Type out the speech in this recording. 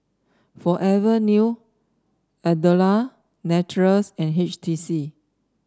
Forever New Andalou Naturals and H T C